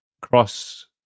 cross